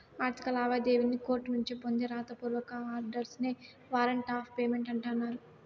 ఆర్థిక లావాదేవీల్లి కోర్టునుంచి పొందే రాత పూర్వక ఆర్డర్స్ నే వారంట్ ఆఫ్ పేమెంట్ అంటన్నారు